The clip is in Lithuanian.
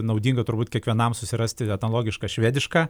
naudinga turbūt kiekvienam susirasti analogišką švedišką